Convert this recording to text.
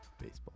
baseball